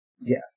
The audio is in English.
Yes